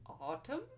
Autumn